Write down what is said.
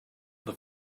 the